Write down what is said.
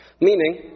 Meaning